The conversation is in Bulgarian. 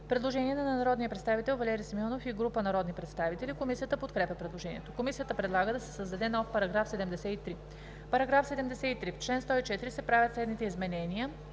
Предложение на народния представител Валери Симеонов и група народни представители. Комисията подкрепя предложението. Комисията предлага да се създаде нов § 73: „§ 73. В чл. 104 се правят следните изменения: